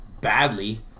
badly